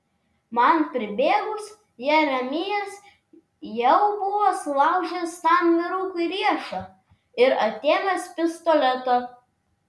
man pribėgus jeremijas jau buvo sulaužęs tam vyrukui riešą ir atėmęs pistoletą